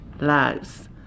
lives